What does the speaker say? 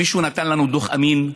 מישהו נתן לנו דוח אמין?